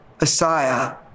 Messiah